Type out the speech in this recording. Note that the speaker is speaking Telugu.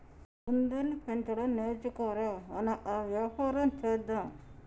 కుందేళ్లు పెంచడం నేర్చుకో ర, మనం ఆ వ్యాపారం చేద్దాం